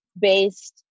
based